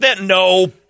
no